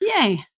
Yay